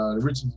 rich